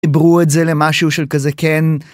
עברו את זה למשהו של כזה כן.